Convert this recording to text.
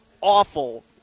awful –